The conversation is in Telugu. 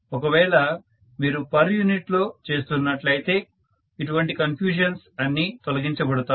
ఒకవేళ మీరు పర్ యూనిట్ లో చేస్తున్నట్లయితే ఇటువంటి కన్ఫ్యూషన్స్ అన్ని తొలగించబడతాయి